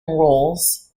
rolls